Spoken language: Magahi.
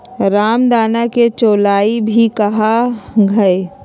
रामदाना के चौलाई भी कहा हई